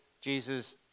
Jesus